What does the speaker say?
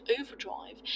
overdrive